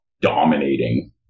dominating